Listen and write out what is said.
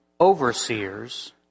overseers